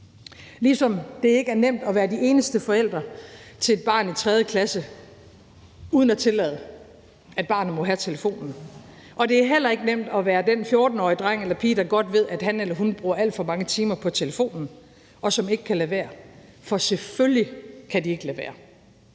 ligesom det ikke er nemt at være de eneste forældre til et barn i 3. klasse, som ikke tillader, at barnet må have telefonen. Det er heller ikke nemt at være den 14-årige dreng eller pige, der godt ved, at han eller hun bruger alt for mange timer på telefonen, og som ikke kan lade være, for selvfølgelig kan de ikke lade være.